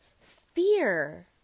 fear